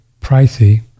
pricey